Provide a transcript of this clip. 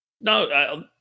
No